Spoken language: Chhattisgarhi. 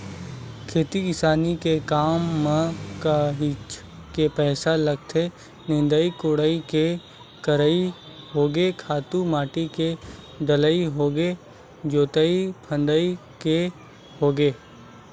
खेती किसानी के काम म काहेच के पइसा लगथे निंदई कोड़ई के करई होगे खातू माटी के डलई होगे जोतई फंदई के होगे